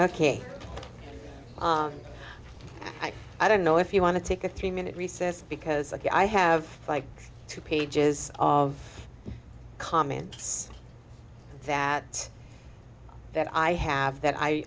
can i i don't know if you want to take a three minute recess because i have like two pages of comments that that i have that i